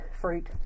fruit